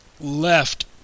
left